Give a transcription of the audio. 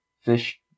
fish